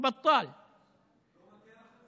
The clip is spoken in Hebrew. למען האמת, לא רע,)